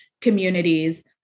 communities